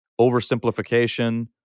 oversimplification